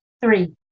Three